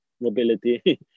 mobility